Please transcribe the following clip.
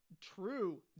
True